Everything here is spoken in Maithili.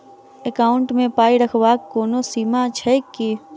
एकाउन्ट मे पाई रखबाक कोनो सीमा छैक की?